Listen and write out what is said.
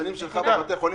נקודה.